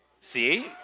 See